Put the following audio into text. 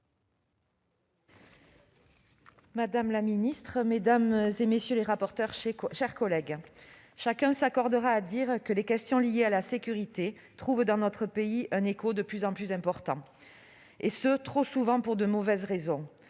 madame la ministre, mes chers collègues, chacun s'accordera à dire que les questions liées à la sécurité trouvent dans notre pays un écho de plus en plus important, trop souvent pour de mauvaises raisons.